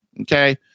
Okay